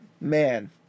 man